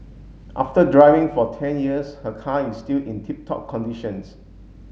after driving for ten years her car is still in tip top conditions